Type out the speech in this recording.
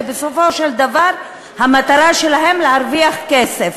ובסופו של דבר המטרה שלהם היא להרוויח כסף,